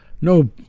no